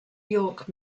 york